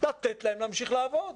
לתת להם להמשיך לעבוד.